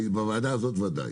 בוועדה הזאת בוודאי.